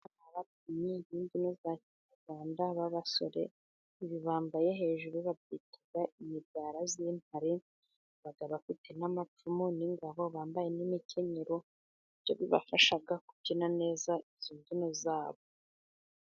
Ingimbi z'abana b'abasore, ibi bambaye hejuru babyita imigara y'intare, baba bafite n'amacumu n'ingabo, bambaye n'imikenyero, nibyo bibafasha kubyina neza izo mbyino zabo.